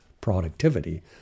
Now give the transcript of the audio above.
productivity